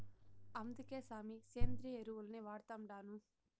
అందుకే సామీ, సేంద్రియ ఎరువుల్నే వాడతండాను